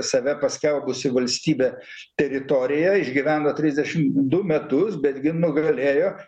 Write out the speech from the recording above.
save paskelbusi valstybė teritorija išgyveno trisdešim du metus bet ji nugalėjo